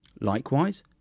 Likewise